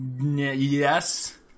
Yes